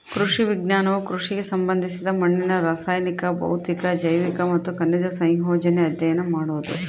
ಕೃಷಿ ವಿಜ್ಞಾನವು ಕೃಷಿಗೆ ಸಂಬಂಧಿಸಿದ ಮಣ್ಣಿನ ರಾಸಾಯನಿಕ ಭೌತಿಕ ಜೈವಿಕ ಮತ್ತು ಖನಿಜ ಸಂಯೋಜನೆ ಅಧ್ಯಯನ ಮಾಡೋದು